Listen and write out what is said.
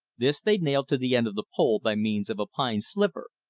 this they nailed to the end of the pole by means of a pine sliver.